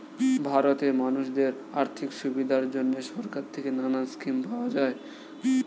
ভারতে মানুষদের আর্থিক সুবিধার জন্যে সরকার থেকে নানা স্কিম পাওয়া যায়